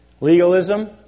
Legalism